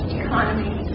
economy